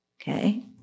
Okay